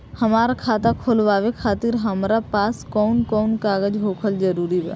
हमार खाता खोलवावे खातिर हमरा पास कऊन कऊन कागज होखल जरूरी बा?